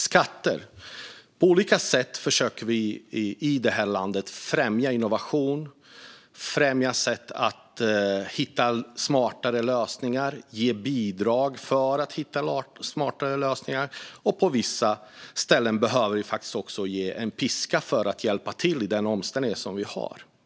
När det gäller skatter försöker vi på olika sätt i det här landet främja innovation och främja olika sätt att hitta smartare lösningar och ge bidrag för att hitta smartare lösningar. Och på vissa ställen behöver vi också använda en piska för att det ska vara till hjälp i den omställning som sker.